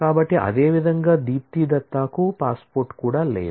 కాబట్టి అదేవిధంగా దీప్తి దత్తాకు పాస్పోర్ట్ కూడా లేదు